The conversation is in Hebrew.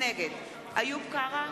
נגד איוב קרא,